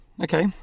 Okay